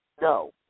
No